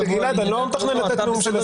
אני לא מתכנן לתת נאום של עשר דקות.